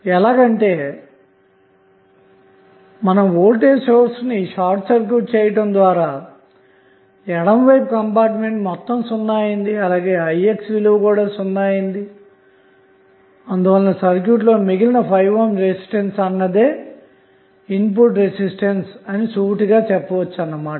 ఎలాగంటే మీరు voltage source ను షార్ట్ సర్క్యూట్ చేయటము వలన ఎడమ వైపు కంపార్ట్మెంట్ మొత్తం సున్నా అయింది అలాగే ix విలువ కూడా '0' అవటం వలన సర్క్యూట్ లో మిగిలిన 5 ohm రెసిస్టెన్స్ అన్నదే ఇన్పుట్ రెసిస్టెన్స్ అని సూటిగా చెప్పవచ్చు అన్నమాట